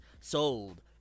sold